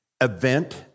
event